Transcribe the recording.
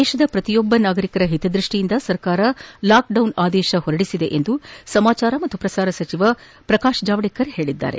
ದೇಶದ ಪ್ರತಿಯೊಬ್ಬ ನಾಗರಿಕರ ಹಿತದೃಷ್ಷಿಯಿಂದ ಸರ್ಕಾರ ಲಾಕ್ಡೌನ್ ಆದೇಶವನ್ನು ಹೊರಡಿಸಿದೆ ಎಂದು ಸಮಾಚಾರ ಮತ್ತು ಪ್ರಸಾರ ಸಚಿವ ಪ್ರಕಾಶ್ ಜಾವಡೇಕರ್ ಹೇಳದ್ದಾರೆ